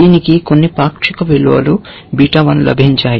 దీనికి కొన్ని పాక్షిక విలువలు బీటా 1 లభించాయి